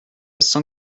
cent